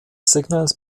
signals